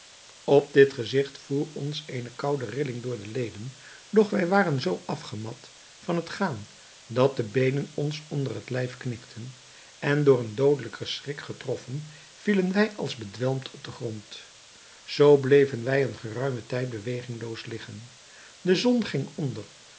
op dit gezigt voer ons eene koude rilling door de leden doch wij waren zoo afgemat van het gaan dat de beenen ons onder het lijf knikten en door een doodelijken schrik getroffen vielen wij als bedwelmd op den grond zoo bleven wij een geruimen tijd bewegingloos liggen de zon ging onder